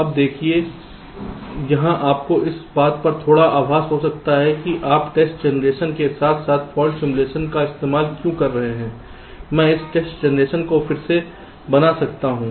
अब देखिए यहां आपको इस बात का थोड़ा आभास हो सकता है कि आप टेस्ट जनरेशन के साथ साथ फॉल्ट सिमुलेशन का इस्तेमाल क्यों कर रहे हैं मैं इस टेस्ट जनरेशन को फिर से बना सकता हूं